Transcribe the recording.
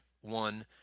One